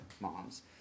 moms